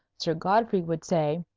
sir godfrey would say,